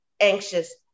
anxious